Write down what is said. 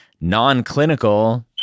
non-clinical